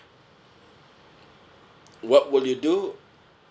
what will you do